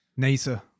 NASA